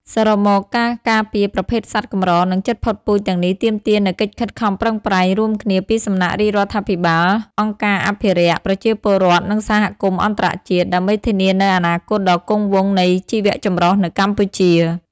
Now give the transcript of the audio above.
សរុបមក ការការពារប្រភេទសត្វកម្រ និងជិតផុតពូជទាំងនេះទាមទារនូវកិច្ចខិតខំប្រឹងប្រែងរួមគ្នាពីសំណាក់រាជរដ្ឋាភិបាល អង្គការអភិរក្ស ប្រជាពលរដ្ឋ និងសហគមន៍អន្តរជាតិ ដើម្បីធានានូវអនាគតដ៏គង់វង្សនៃជីវៈចម្រុះនៅកម្ពុជា។